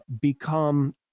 become